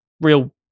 real